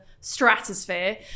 stratosphere